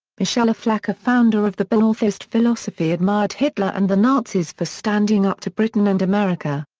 michel aflaq a founder of the ba'athist philosophy admired hitler and the nazis for standing up to britain and america.